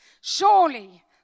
surely